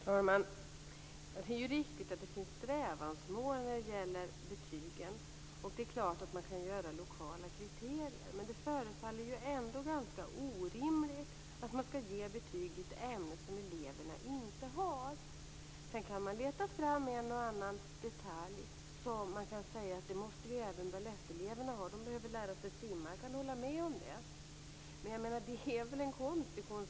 Fru talman! Det är riktigt att det finns strävansmål när det gäller betygen, och det är klart att man kan göra lokala kriterier. Men det förefaller ändå ganska orimligt att man skall ge betyg i ett ämne som eleverna inte har. Sedan kan man leta fram en och annan detalj som man kan säga att även baletteleverna måste ha. De behöver lära sig simma. Jag kan hålla med om det. Men jag menar att det är en konstig konstruktion.